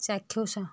ଚାକ୍ଷୁଷ